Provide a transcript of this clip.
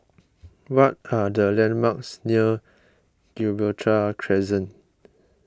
what are the landmarks near Gibraltar Crescent